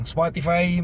Spotify